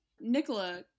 Nicola